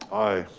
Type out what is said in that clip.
aye.